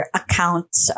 accounts